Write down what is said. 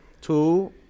two